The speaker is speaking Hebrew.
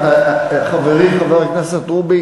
חברי חבר הכנסת רובי,